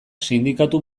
sindikatu